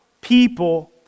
people